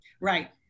Right